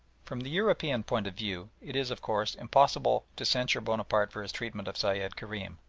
from the european point of view it is, of course, impossible to censure bonaparte for his treatment of sayed kerim.